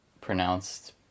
pronounced